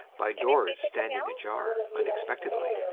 by doors standing ajar, unexpectedly,